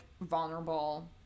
vulnerable